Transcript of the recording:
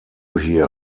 here